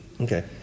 Okay